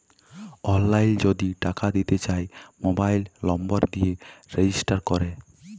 অললাইল যদি টাকা দিতে চায় মবাইল লম্বর দিয়ে রেজিস্টার ক্যরে